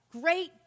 great